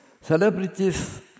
celebrities